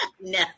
No